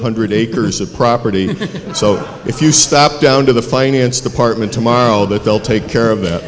hundred acres of property so if you step down to the finance department tomorrow that they'll take care of that